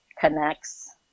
connects